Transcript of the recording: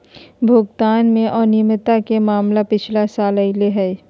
भुगतान में अनियमितता के मामला पिछला साल अयले हल